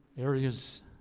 areas